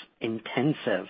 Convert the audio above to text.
intensive